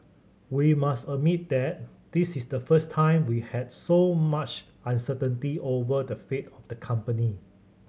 we must admit this is the first time we had so much uncertainty over the fate of the company